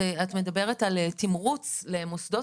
את מדברת על תמרוץ למוסדות,